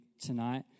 tonight